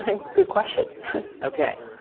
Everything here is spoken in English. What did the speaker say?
ah good question okay.